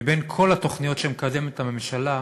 מבין כל התוכניות שמקדמת הממשלה,